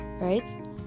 right